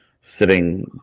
sitting